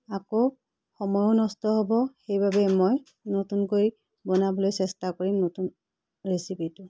আকৌ সময়ো নষ্ট হ'ব সেইবাবে মই নতুনকৈ বনাবলৈ চেষ্টা কৰিম নতুন ৰেচিপিটো